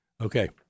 Okay